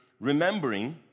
remembering